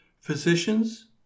Physicians